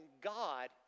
God